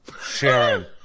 Sharon